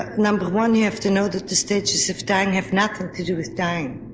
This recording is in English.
ah number one, you have to know that the stages of dying have nothing to do with dying,